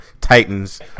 titans